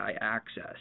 access